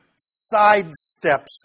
sidesteps